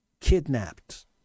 kidnapped